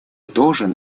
должен